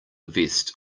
vest